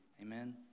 Amen